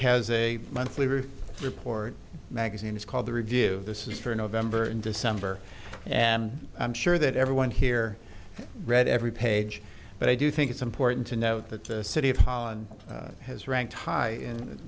has a monthly roof report magazine it's called the review of this is for november and december and i'm sure that everyone here read every page but i do think it's important to note that the city of holland has ranked high